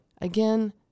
Again